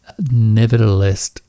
nevertheless